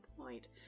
point